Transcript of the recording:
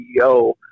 CEO